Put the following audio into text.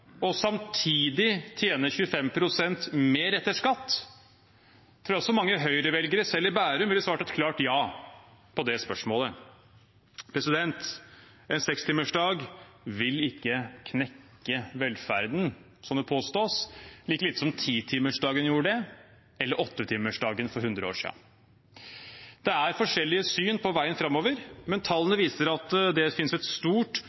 og samtidig tjene 25 pst. mer etter skatt, tror jeg også mange Høyre-velgere selv i Bærum ville svart et klart ja på det spørsmålet. En sekstimersdag vil ikke knekke velferden, som det påstås, like lite som titimersdagen gjorde det, eller åttetimersdagen for 100 år siden. Det er forskjellige syn på veien framover, men tallene viser at det finnes et stort